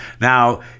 now